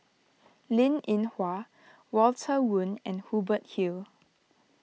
Linn in Hua Walter Woon and Hubert Hill